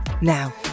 Now